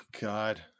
god